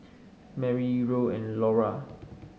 Marry Roll and Laura